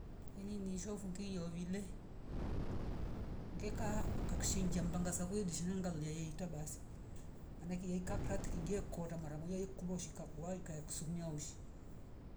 Ini ngishwa fungui iyovile ngeeka ngakushinjia mbanga sakweidi di shingalolie ita basa maana ake yekakra tikingia kora mara moja ikuvo shakukudwai kaekusumia ushi.